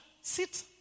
sit